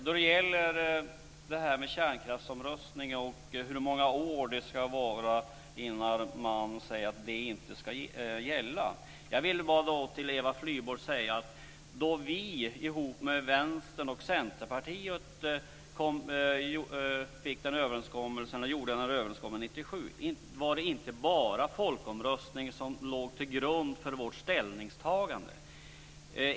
Fru talman! När det gäller kärnkraftsomröstningen och hur många år det ska gå innan man säger att resultatet inte ska gälla vill jag säga följande till Eva Flyborg. Då vi gjorde vår överenskommelse med Centerpartiet 1997 var det inte bara folkomröstningen som låg till grund för vårt ställningstagande.